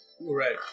right